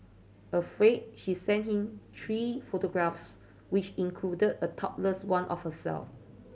afraid she sent him three photographs which included a topless one of herself